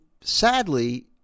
sadly